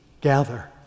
gather